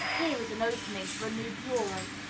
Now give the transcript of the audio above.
here is an opening for a new bureau.